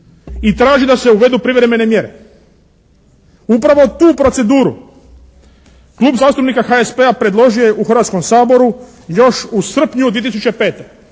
i traži da se uvodu privremene mjere. Upravo tu proceduru klub zastupnika HSP-a predložio je u Hrvatskom saboru još u srpnju 2005.